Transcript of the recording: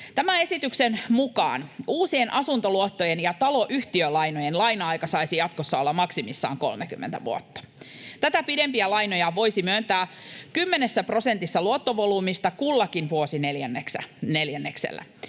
Tämän esityksen mukaan uusien asuntoluottojen ja taloyhtiölainojen laina-aika saisi jatkossa olla maksimissaan 30 vuotta. Tätä pidempiä lainoja voisi myöntää kymmenessä prosentissa luottovolyymista kullakin vuosineljänneksellä,